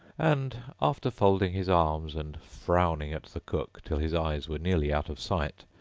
and, after folding his arms and frowning at the cook till his eyes were nearly out of sight,